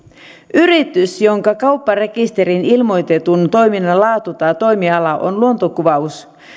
yritys jonka kaupparekisteriin ilmoitetun toiminnan laatu tai toimiala on luontokuvaus